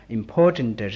important